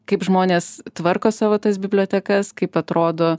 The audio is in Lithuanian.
kaip žmonės tvarko savo tas bibliotekas kaip atrodo